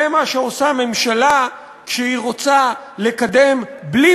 זה מה שעושה ממשלה כשהיא רוצה לקדם בלי